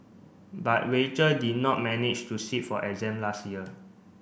but Rachel did not manage to sit for exam last year